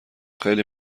خیلی